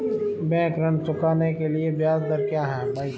Bank ऋण चुकाने के लिए ब्याज दर क्या है?